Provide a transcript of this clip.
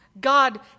God